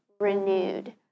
renewed